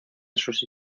sus